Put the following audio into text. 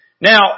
Now